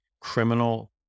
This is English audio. criminal